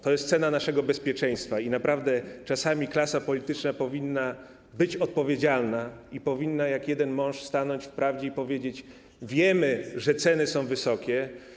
To jest cena naszego bezpieczeństwa i naprawdę czasami klasa polityczna powinna być odpowiedzialna i powinna jak jeden mąż stanąć w prawdzie i powiedzieć: wiemy, że ceny są wysokie.